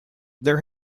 there